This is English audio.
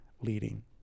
leading